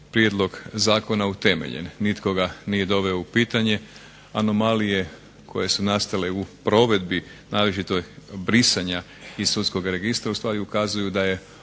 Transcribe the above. prijedlog zakona utemeljen. Nitko ga nije doveo u pitanje. Anomalije koje su nastale u provedbi naročito brisanja iz Sudskoga registra ustvari ukazuju da ove